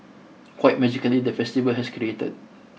quite magically the festival has created